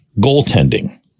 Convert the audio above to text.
goaltending